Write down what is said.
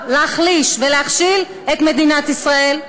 להחליש ולהכשיל את מדינת ישראל?